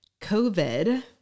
COVID